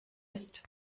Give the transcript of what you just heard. ist